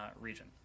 region